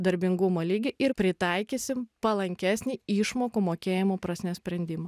darbingumo lygį ir pritaikysim palankesnį išmokų mokėjimo prasme sprendimą